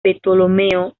ptolomeo